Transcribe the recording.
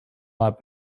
lot